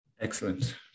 excellent